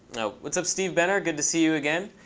what's up, steve benner? good to see you again.